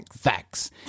Facts